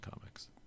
comics